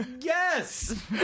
yes